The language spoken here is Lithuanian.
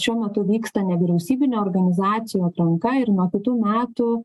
šiuo metu vyksta nevyriausybinių organizacijų atranka ir nuo kitų metų